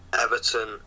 Everton